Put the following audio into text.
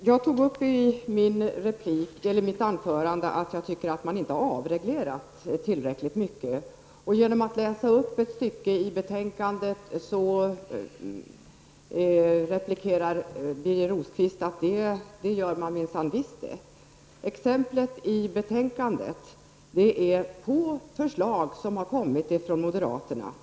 Herr talman! Jag framhöll i mitt anförande att jag tycker att man inte har avreglerat tillräckligt mycket. Birger Rosqvist försökte genom att läsa upp ett stycke ur betänkandet replikera att man visst har gjort det. Exemplet i betänkandet har tillkommit på förslag från moderaterna.